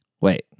Wait